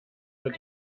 wird